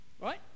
right